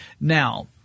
Now